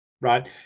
right